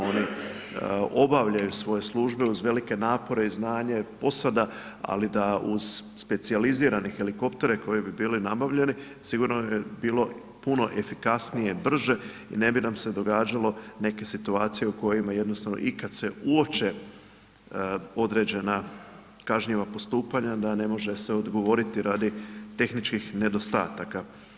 Oni obavljaju svoje službe uz velike napore i znanje posada ali da uz specijalizirane helikoptere koji bi bili nabavljeni sigurno bi bilo puno efikasnije i brže i ne bi nam se događalo neke situacije u kojima jednostavno i kada se uoče određena kažnjiva postupanja da ne može se odgovoriti radi tehničkih nedostataka.